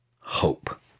Hope